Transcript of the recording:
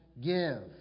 give